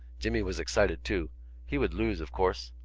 jimmy was excited too he would lose, of course.